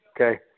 Okay